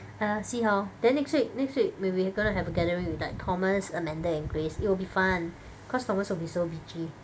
!aiya! see how then next week next week we we gonna have a gathering with like Thomas Amanda and Grace it will be fun cause Thomas will be so bitchy